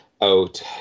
out